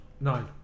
nine